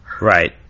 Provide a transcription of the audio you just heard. right